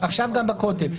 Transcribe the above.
עכשיו גם בכותל,